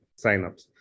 signups